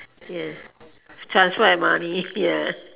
ya transport and money ya